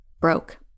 Broke